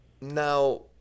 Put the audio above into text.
Now